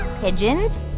pigeons